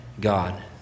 God